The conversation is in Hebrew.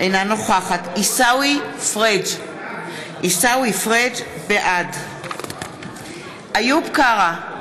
אינה נוכחת עיסאווי פריג' בעד איוב קרא,